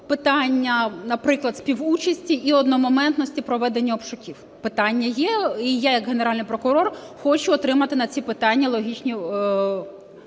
питання, наприклад, співучасті і одномоментності проведення обшуків. Питання є. І я як Генеральний прокурор хочу отримати на ці питання логічні